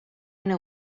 know